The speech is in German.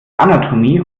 anatomie